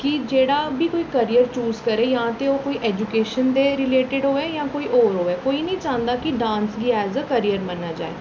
कि जेह्ड़ा बी कोई कैरियर चूज करै जां ते ओह् कोई ऐजूकेशन दे रिलेटड होऐ जां कोई होर होऐ कोई नी चांह्दा कि डांस गी ऐज ए कैरियर मन्नेआ जाए